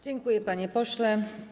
Dziękuję, panie pośle.